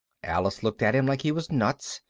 alice looked at him like he was nuts,